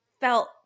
felt